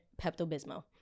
Pepto-Bismol